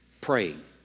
praying